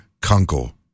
Kunkel